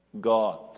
God